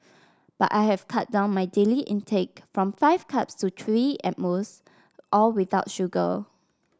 but I have cut down my daily intake from five cups to three at most all without sugar